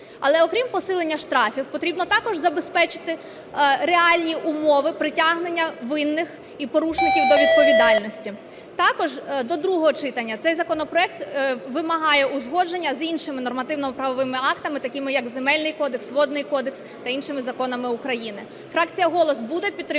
Але окрім посилення штрафів потрібно також забезпечити реальні умови притягнення винних і порушників до відповідальності. Також до другого читання цей законопроект вимагає узгодження з іншими нормативно-правовими актами, такими як Земельний кодекс, Водний кодекс та іншими законами України. Фракція "Голос" буде підтримувати